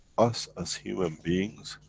us as human beings,